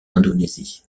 indonésie